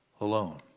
alone